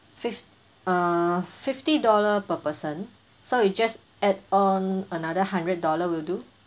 fifth uh fifty dollar per person so you just add on another hundred dollar will do